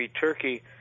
Turkey